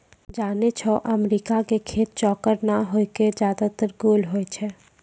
जानै छौ अमेरिका के खेत चौकोर नाय होय कॅ ज्यादातर गोल होय छै